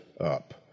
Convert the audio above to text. up